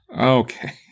Okay